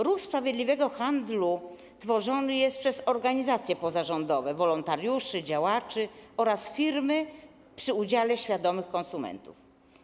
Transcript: Ruch sprawiedliwego handlu tworzony jest przez organizacje pozarządowe, wolontariuszy, działaczy oraz firmy przy udziale świadomych konsumentów.